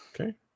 Okay